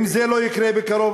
אם זה לא יקרה בקרוב,